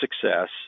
success